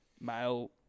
male